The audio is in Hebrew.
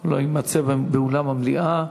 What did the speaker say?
באולם המליאה,